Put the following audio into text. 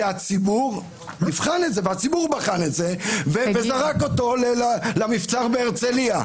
שהציבור יבחן את זה והציבור בחן את זה וזרק אותו למבצר בהרצליה.